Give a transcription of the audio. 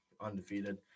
undefeated